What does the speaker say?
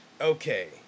Okay